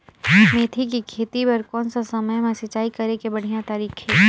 मेथी के खेती बार कोन सा समय मां सिंचाई करे के बढ़िया तारीक हे?